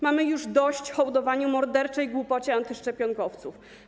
Mamy już dość hołdowania morderczej głupocie antyszczepionkowców.